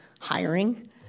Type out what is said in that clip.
hiring